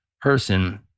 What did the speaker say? person